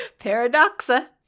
Paradoxa